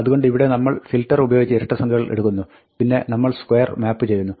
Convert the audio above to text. അതുകൊണ്ട് ഇവിടെ നമ്മൾ ഫിൽട്ടർ ഉപയോഗിച്ച് ഇരട്ടസംഖ്യകൾ എടുക്കുന്നു പിന്നെ നമ്മൾ square മാപ്പ് ചെയ്യുന്നു